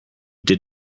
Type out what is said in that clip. did